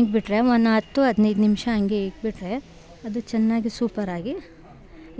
ಇಕ್ಬಿಟ್ರೆ ಒಂದು ಹತ್ತು ಹದ್ನೈದು ನಿಮ್ಷ ಹಂಗೆ ಇಕ್ಬಿಟ್ರೆ ಅದು ಚೆನ್ನಾಗಿ ಸೂಪ್ಪರಾಗಿ